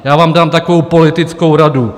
Já vám dám takovou politickou radu.